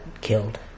killed